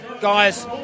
guys